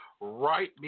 right